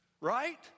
right